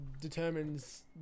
determines